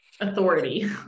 Authority